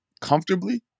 comfortably